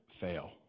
fail